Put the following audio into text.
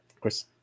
Chris